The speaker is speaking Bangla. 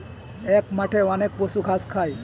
এক মাঠে অনেক পশু ঘাস খায়